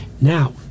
Now